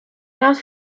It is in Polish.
nas